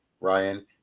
Ryan